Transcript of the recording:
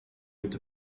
inte